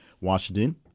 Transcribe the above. Washington